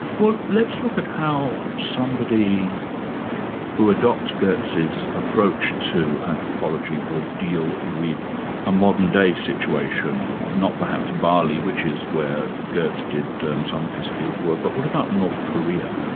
well, let's look at how somebody who adopts geertz' approach to anthropology would deal with a modern day situation, not perhaps bali, which is where geertz did some of his field work, but what about north korea?